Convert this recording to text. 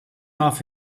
off